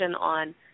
on